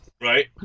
Right